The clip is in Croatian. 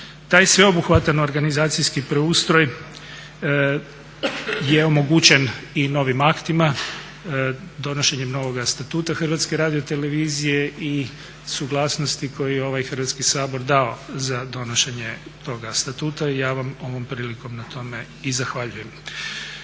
Taj sveobuhvatan organizacijski preustroj je omogućen i novim aktima, donošenjem novoga Statuta HRT-a i suglasnosti koju je ovaj Hrvatski sabor dao za donošenje toga statuta i ja vam ovom prilikom na tome i zahvaljujem.